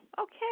Okay